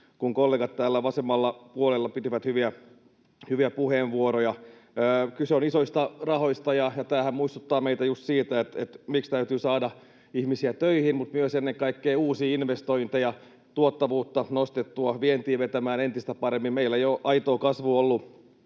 kuin kollegoilla täällä vasemmalla puolella, jotka pitivät hyviä puheenvuoroja. Kyse on isoista rahoista, ja tämähän muistuttaa meitä just siitä, miksi täytyy saada ihmisiä töihin mutta myös ennen kaikkea uusia investointeja, tuottavuutta nostettua, vientiä vetämään entistä paremmin. Meillä ei ole aitoa kasvua ollut